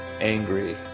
angry